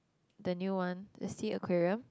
the new one the Sea-Aquarium